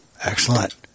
excellent